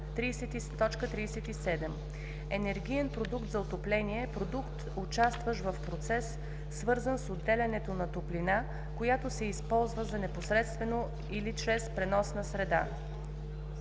„37. „Енергиен продукт за отопление“ е продукт, участващ в процес, свързан с отделянето на топлина, която се използва непосредствено или чрез преносна среда.